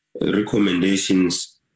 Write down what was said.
recommendations